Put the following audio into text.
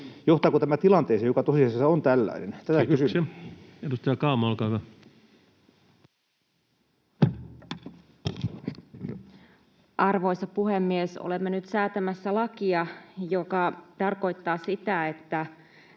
koputtaa] tämä tilanteeseen, joka tosiasiassa on tällainen, tätä kysyn. Kiitoksia. — Edustaja Kauma, olkaa hyvä. Arvoisa puhemies! Olemme nyt säätämässä lakia, joka tarkoittaa sitä, että